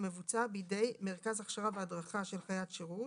המבוצע בידי מרכז הכשרה והדרכה של חיית שירות